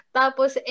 tapos